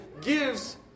gives